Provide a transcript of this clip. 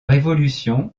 révolution